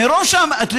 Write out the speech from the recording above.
אתה יודע,